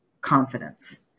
confidence